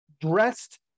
dressed